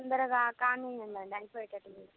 తొందరగా కానీయండి అయిపోయేటట్టు లేదు